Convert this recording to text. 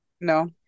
No